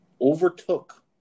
overtook